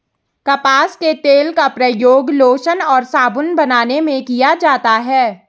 कपास के तेल का प्रयोग लोशन और साबुन बनाने में किया जाता है